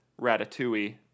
Ratatouille